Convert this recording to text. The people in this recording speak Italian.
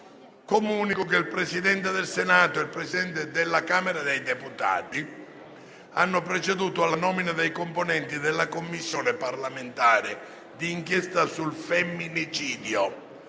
Comunico che il Presidente del Senato e il Presidente della Camera dei deputati hanno proceduto alla nomina dei componenti della Commissione parlamentare d'inchiesta sul femminicidio,